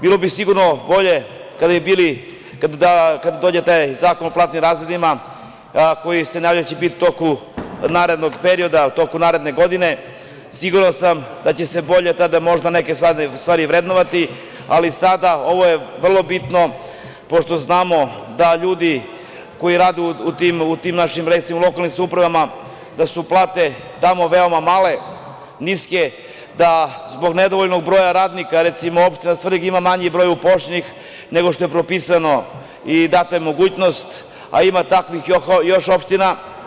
Bilo bi sigurno bolje kada dođe taj zakon o platnim razredima, za koji se nadam da će biti u toku narednog perioda, u toku naredne godine, siguran sam da će se bolje tada neke stvari vrednovati, ali sada, ovo je vrlo bitno, pošto znamo da ljudi koji rade u tim našim lokalnim samoupravama, da su plate tamo veoma male, niske, da zbog nedovoljnog broja radnika, recimo, opština Svrljig ima manji broj uposlenih nego što je propisano i data mogućnost, a ima takvih još opština.